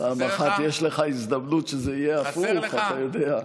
פעם אחת יש לך הזדמנות שזה יהיה הפוך, אתה יודע.